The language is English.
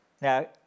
Now